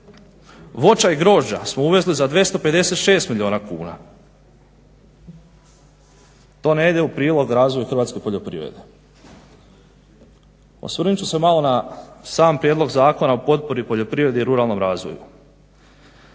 voća i grožđa smo uvezli za 256 milijuna kuna. To ne ide u prilog razvoju hrvatske poljoprivrede. Osvrnut ću se malo na sam prijedlog Zakona o potpori poljoprivredi i ruralnom razvoju.